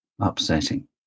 upsetting